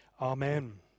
Amen